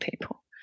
people